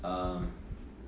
um